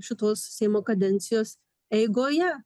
šitos seimo kadencijos eigoje